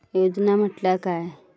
योजना म्हटल्या काय?